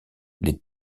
les